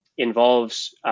involves